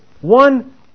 one